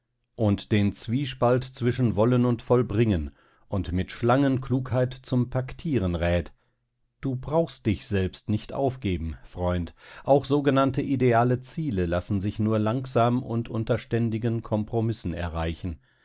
und den zwiespalt zwischen wollen und vollbringen und mit schlangenklugheit zum paktieren rät du brauchst dich selbst nicht aufgeben freund auch sogenannte ideale ziele lassen sich nur langsam und unter ständigen kompromissen erreichen